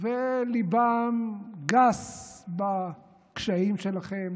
וליבם גס בקשיים שלכם,